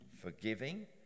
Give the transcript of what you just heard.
Forgiving